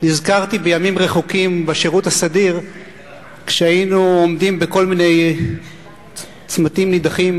נזכרתי בימים רחוקים בשירות הסדיר כשהיינו עומדים בכל מיני צמתים נידחים